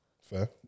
Fair